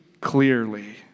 clearly